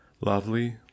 lovely